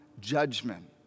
judgment